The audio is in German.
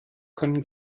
können